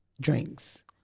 drinks